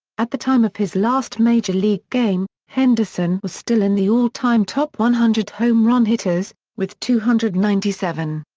at the time of his last major league game, henderson was still in the all-time top one hundred home run hitters, with two hundred and ninety seven.